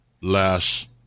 last